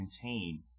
contain